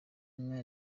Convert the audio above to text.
inka